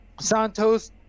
santos